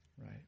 Right